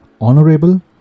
honorable